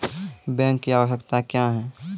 Bank की आवश्यकता क्या हैं?